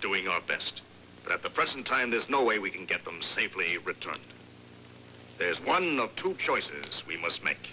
doing your best at the present time there's no way we can get them safely returned there's one of two choices we must make